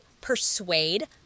persuade